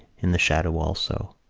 in the shadow also.